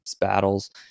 battles